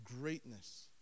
greatness